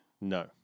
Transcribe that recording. No